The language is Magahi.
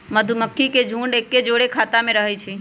मधूमाछि के झुंड एके जौरे ख़ोता में रहै छइ